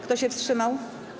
Kto się wstrzymał?